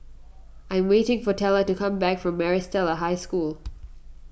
I am waiting for Tella to come back from Maris Stella High School